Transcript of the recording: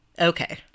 okay